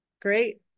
Great